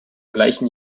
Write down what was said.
gleichen